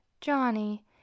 Johnny